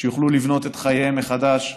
שיוכלו לבנות את חייהם מחדש כראוי,